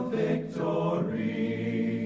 victory